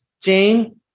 Jane